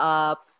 up